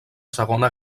segona